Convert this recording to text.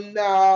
no